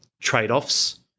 Trade-offs